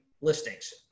listings